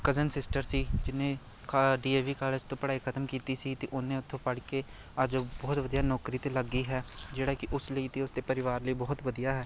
cousin sister ਸੀ ਜਿਹਨੇ ਖਾ ਡੀ ਏ ਵੀ ਕਾਲਜ ਤੋਂ ਪੜ੍ਹਾਈ ਖਤਮ ਕੀਤੀ ਸੀ ਅਤੇ ਉਹਨੇ ਉੱਥੋਂ ਪੜ੍ਹ ਕੇ ਅੱਜ ਉਹ ਬਹੁਤ ਵਧੀਆ ਨੌਕਰੀ 'ਤੇ ਲੱਗ ਗਈ ਹੈ ਜਿਹੜਾ ਕਿ ਉਸ ਲਈ ਅਤੇ ਉਸ ਦੇ ਪਰਿਵਾਰ ਲਈ ਬਹੁਤ ਵਧੀਆ ਹੈ